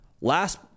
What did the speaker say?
last